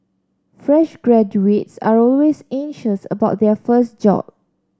fresh graduates are always anxious about their first job